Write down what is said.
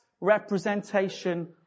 representation